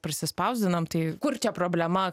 prisispausdinam tai kur čia problema